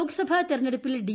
ലോക്സഭാ തെരഞ്ഞെടുപ്പിൽ ഡി